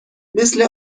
مثل